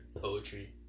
poetry